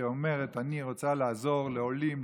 שאומרת: אני רוצה לעזור לעולים,